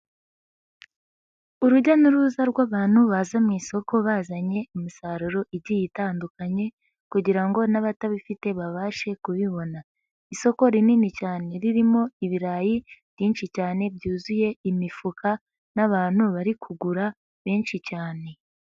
Urujya n'uruza rw'abantu baza mu isoko bazanye imisaruro igiye itandukanye kugira ngo n'abatabifite babashe kubibona, isoko rinini cyane ririmo ibirayi byinshi cyane byuzuye imifuka n'abantu bari kugura benshi cyane.